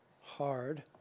hard